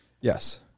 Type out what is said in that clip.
Yes